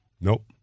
Nope